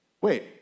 Wait